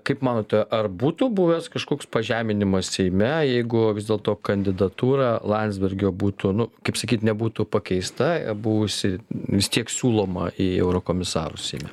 kaip manote ar būtų buvęs kažkoks pažeminimas seime jeigu vis dėlto kandidatūra landsbergio būtų nu kaip sakyti nebūtų pakeista buvusi vis tiek siūloma į eurokomisarus seime